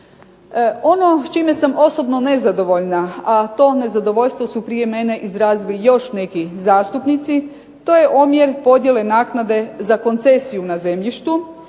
Ono s čime sam osobno nezadovoljna, a to nezadovoljstvo su prije mene izrazili još neki zastupnici, to je omjer podjele naknade za koncesiju na zemljištu